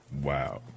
Wow